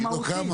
היא עוד לא קמה.